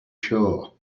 sure